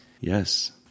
yes